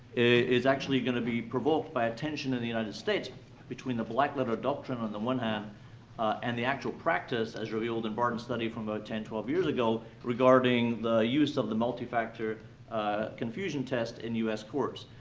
is actually gonna be provoked by a tension in the united states between the black-letter doctrine on the one hand and the actual practice as revealed in barton's study from about ten, twelve years ago regarding the use of the multifactor confusion test in u s. courts.